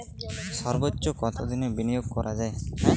সর্বোচ্চ কতোদিনের বিনিয়োগ করা যায়?